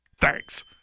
Thanks